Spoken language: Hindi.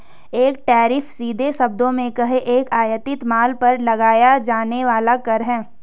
एक टैरिफ, सीधे शब्दों में कहें, एक आयातित माल पर लगाया जाने वाला कर है